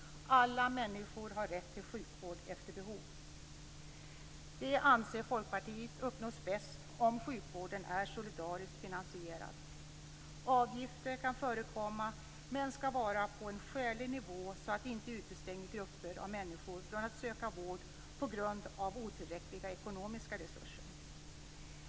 Alla människor har rätt till sjukvård efter behov. Detta uppnås, anser Folkpartiet, bäst om sjukvården är solidariskt finansierad. Avgifter kan förekomma, men dessa skall vara på en skälig nivå så att de inte utestänger grupper av människor från att söka vård på grund av otillräckliga ekonomiska resurser.